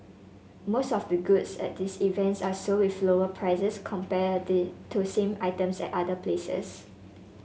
most of the goods at these events are sold with lower prices compared to same items at other places